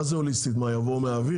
מה זה "הוליסטית", מה, יבואו מהאוויר?